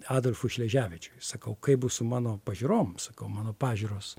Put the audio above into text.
adolfui šleževičiui sakau kaip bus su mano pažiūrom sakau mano pažiūros